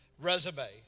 resume